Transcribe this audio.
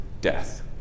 death